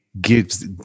gives